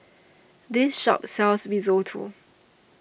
this shop sells Risotto